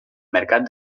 mercat